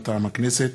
מטעם הכנסת,